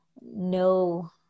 no